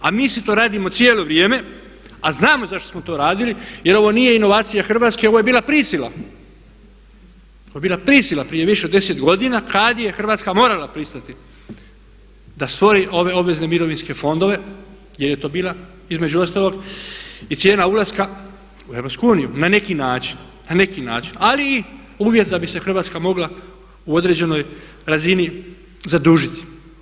A mi si to radimo cijelo vrijeme a znamo zašto smo to radili, jer ovo nije inovacija Hrvatske, ovo je bila prisila, ovo je bila prisila prije više od 10 godina kada je Hrvatska morala pristati da stvori ove obvezne mirovinske fondove jer je to bila između ostalog i cijena ulaska u EU na neki način ali i uvjet da bi se Hrvatska mogla u određenoj razini zadužiti.